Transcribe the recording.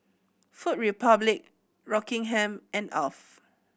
Food Republic Rockingham and Alf